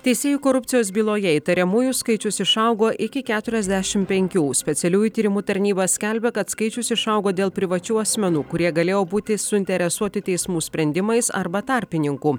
teisėjų korupcijos byloje įtariamųjų skaičius išaugo iki keturiasdešimt penkių specialiųjų tyrimų tarnyba skelbia kad skaičius išaugo dėl privačių asmenų kurie galėjo būti suinteresuoti teismų sprendimais arba tarpininkų